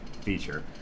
feature